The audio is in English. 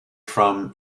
from